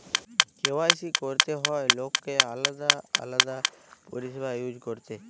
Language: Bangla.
কে.ওয়াই.সি করতে হয় লোককে আলাদা আলাদা পরিষেবা ইউজ করতে